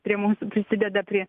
prie mūsų prisideda prie